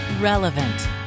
Relevant